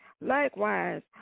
Likewise